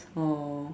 oh